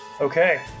okay